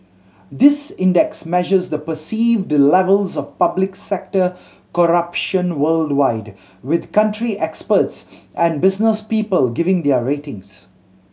this index measures the perceived levels of public sector corruption worldwide with country experts and business people giving their ratings